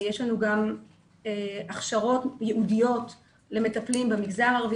יש לנו גם הכשרות ייעודיות למטפלים במגזר הערבי